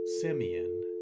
Simeon